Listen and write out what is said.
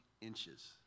inches